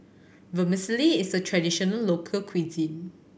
vermicelli is a traditional local cuisine